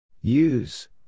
Use